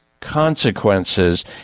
consequences